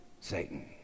Satan